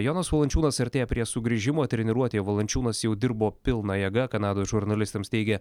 jonas valančiūnas artėja prie sugrįžimo treniruotėje valančiūnas jau dirbo pilna jėga kanados žurnalistams teigė